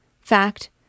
Fact